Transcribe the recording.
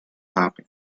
happen